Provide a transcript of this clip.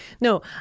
No